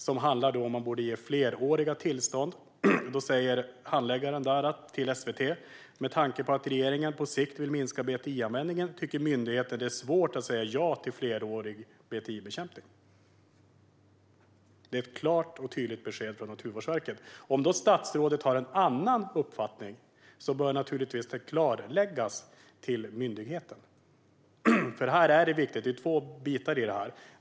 Det handlade om huruvida man borde ge fleråriga tillstånd, och handläggaren sa till SVT: Med tanke på att regeringen på sikt vill minska BTI-användningen tycker myndigheten att det är svårt att säga ja till flerårig BTI-bekämpning. Det är ett klart och tydligt besked från Naturvårdsverket. Om statsrådet har en annan uppfattning bör det naturligtvis klargöras för myndigheten. Det är två bitar i detta.